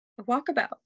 Walkabout